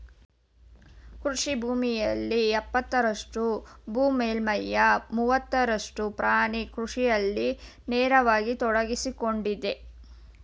ಕೃಷಿ ಭೂಮಿಯಲ್ಲಿ ಎಪ್ಪತ್ತರಷ್ಟು ಭೂ ಮೇಲ್ಮೈಯ ಮೂವತ್ತರಷ್ಟು ಪ್ರಾಣಿ ಕೃಷಿಯಲ್ಲಿ ನೇರವಾಗಿ ತೊಡಗ್ಸಿಕೊಂಡಿದೆ